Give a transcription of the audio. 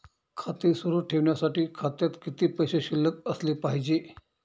खाते सुरु ठेवण्यासाठी खात्यात किती पैसे शिल्लक असले पाहिजे?